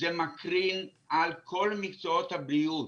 זה מקרין על כל מקצועות הבריאות.